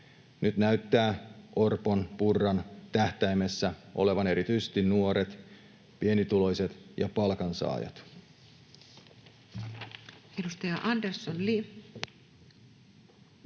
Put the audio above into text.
Nyt näyttävät Orpon ja Purran tähtäimessä olevan erityisesti nuoret, pienituloiset ja palkansaajat. [Speech